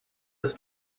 his